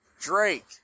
Drake